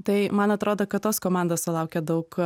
tai man atrodo kad tos komandos sulaukė daug